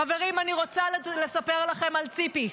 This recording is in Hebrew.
חברים, אני רוצה לספר לכם על ציפי.